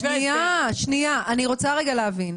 אני רוצה להבין,